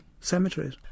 cemeteries